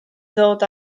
ddod